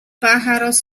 pájaros